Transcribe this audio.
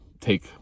take